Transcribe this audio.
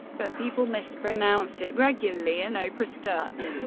but people mispronounced it regularly and oprah stuck.